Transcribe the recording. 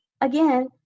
again